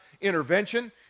intervention